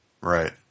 Right